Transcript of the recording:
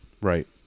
Right